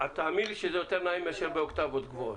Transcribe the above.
תאמין לי שזה יותר נעים מאשר באוקטבות גבוהות.